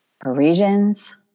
Parisians